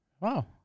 Wow